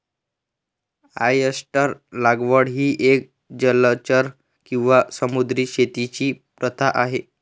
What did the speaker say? oyster लागवड ही एक जलचर किंवा समुद्री शेतीची प्रथा आहे